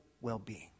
well-being